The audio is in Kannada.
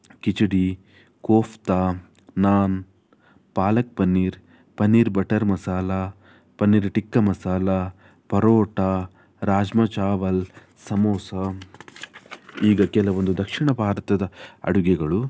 ಕಿಚಡಿ ಕೋಫ್ತಾ ನಾನ್ ಪಾಲಕ್ ಪನ್ನೀರ್ ಪನ್ನೀರ್ ಬಟರ್ ಮಸಾಲ ಪನ್ನೀರ್ ಟಿಕ್ಕ ಮಸಾಲ ಪರೋಟ ರಾಜ್ಮ ಚಾವಲ್ ಸಮೋಸ ಈಗ ಕೆಲವೊಂದು ದಕ್ಷಿಣ ಭಾರತದ ಅಡುಗೆಗಳು